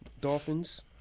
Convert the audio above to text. Dolphins